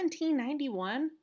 1791